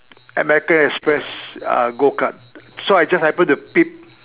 American express uh gold card so I just happened to peep